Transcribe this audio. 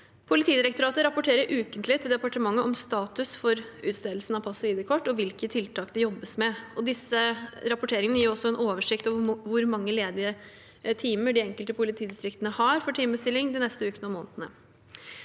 Politidirektoratet rapporterer ukentlig til departementet om status for utstedelsen av pass og ID-kort og hvilke tiltak det jobbes med. Disse rapporteringene gir også en oversikt over hvor mange ledige timer de enkelte politidistriktene har for timebestilling de neste ukene og månedene.